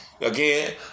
again